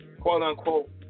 quote-unquote